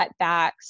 cutbacks